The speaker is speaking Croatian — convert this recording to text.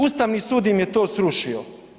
Ustavni sud im je to srušio.